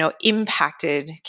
impacted